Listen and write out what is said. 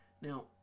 Now